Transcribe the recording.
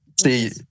See